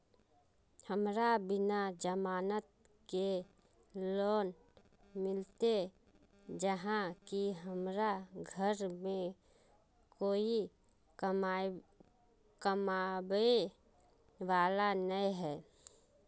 हमरा बिना जमानत के लोन मिलते चाँह की हमरा घर में कोई कमाबये वाला नय है?